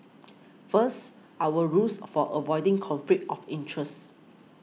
first our rules for avoiding conflict of interest